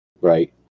Right